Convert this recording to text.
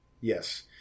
Yes